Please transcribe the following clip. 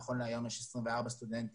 נכון להיום יש 24 סטודנטים